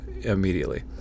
immediately